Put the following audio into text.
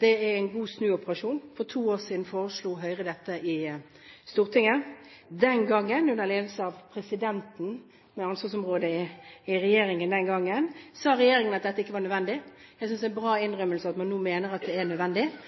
Det er en god snuoperasjon. For to år siden foreslo Høyre dette i Stortinget. Da – under ledelse av presidenten med ansvarsområde i regjeringen den gangen – sa regjeringen at dette ikke var nødvendig. Jeg synes det er en bra innrømmelse at man nå mener at det er nødvendig,